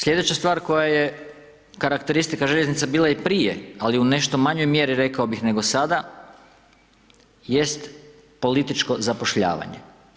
Sljedeća stvar koja je karakteristika željeznica bila i prije, ali u nešto manjoj mjeri nego sada jest političko zapošljavanje.